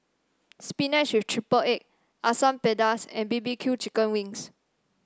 spinach with triple egg Asam Pedas and B B Q Chicken Wings